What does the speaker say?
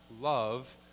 love